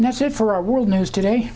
and that's it for our world news today